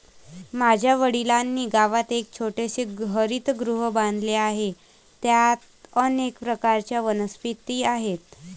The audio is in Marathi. माझ्या वडिलांनी गावात एक छोटेसे हरितगृह बांधले आहे, त्यात अनेक प्रकारच्या वनस्पती आहेत